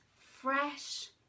fresh